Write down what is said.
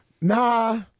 Nah